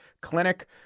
clinic